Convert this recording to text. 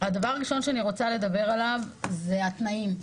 הדבר הראשון שאני רוצה לדבר עליו, זה התנאים.